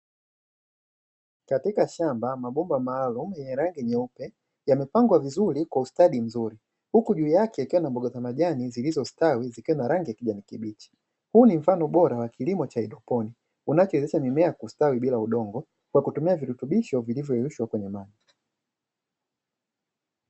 Katika shamba mabomba maalumu yenye rangi nyeupe yamepangwa vizuri kwa ustadi mzuri, huku juu yake yakiwa na mboga za majani zilizostawi zikiwa na rangi ya kijani kibichi, huu ni mfano bora wa kilimo cha haidroponi unachowezesha mimea kustawi bila kutumia udongo, kwa kutumia virutubisho vilivyoyeyushwa kwenye maji.